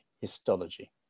histology